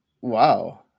Wow